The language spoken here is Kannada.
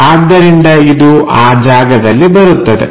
ಆದ್ದರಿಂದ ಇದು ಆ ಜಾಗದಲ್ಲಿ ಬರುತ್ತದೆ